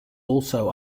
also